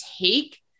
take